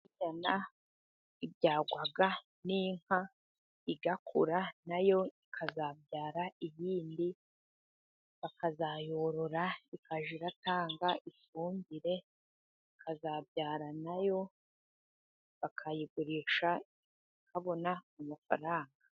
Inyana ibyarwa n'inka igakura nayo ikazabyara iyindi bakazayorora ikajya itanga ifumbire, ikazabyara nayo bakayigurisha babona amafaranga.